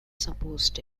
supposed